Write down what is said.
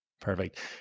Perfect